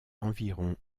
environ